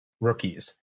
rookies